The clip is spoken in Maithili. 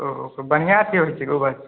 ओ तऽ बढ़िआँ अथी होइ छै उपज